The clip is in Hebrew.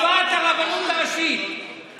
הוא לטובת הרבנות הראשית,